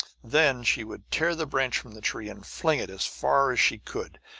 then she would tear the branch from the tree and fling it as far as she could,